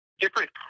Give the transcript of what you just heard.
different